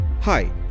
Hi